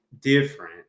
different